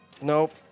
Nope